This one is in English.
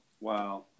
wow